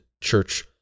church